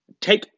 take